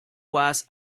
was